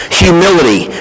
humility